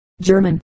German